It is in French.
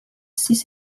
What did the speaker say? six